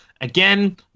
Again